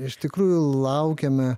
iš tikrųjų laukiame